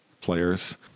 players